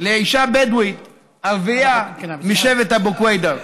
לאישה בדואית, ערבייה, משבט אבו קוידר.